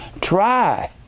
Try